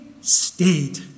stayed